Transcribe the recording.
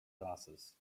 glasses